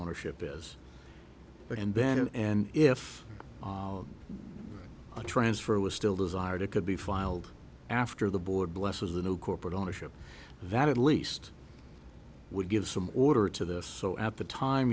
ownership is there and then and if a transfer was still desired it could be filed after the board blesses the new corporate ownership that at least would give some order to this so at the time